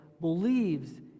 believes